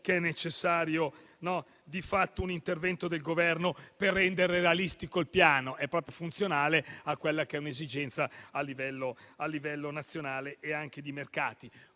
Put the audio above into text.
che è necessario di fatto un intervento del Governo per rendere realistico il piano; è proprio funzionale a quella che è un'esigenza a livello nazionale e anche di mercato.